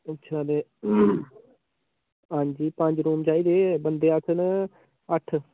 अच्छा ते हां जी पंज रूम चाहिदे बन्दे अस न अट्ठ